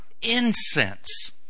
incense